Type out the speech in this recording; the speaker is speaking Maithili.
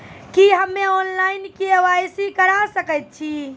की हम्मे ऑनलाइन, के.वाई.सी करा सकैत छी?